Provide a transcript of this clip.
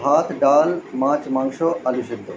ভাত ডাল মাছ মাংস আলু সেদ্ধ